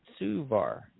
Suvar